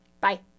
Bye